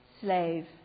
slave